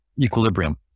equilibrium